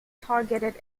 targeted